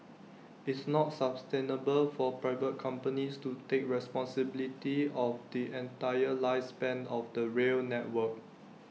it's not sustainable for private companies to take responsibility of the entire lifespan of the rail network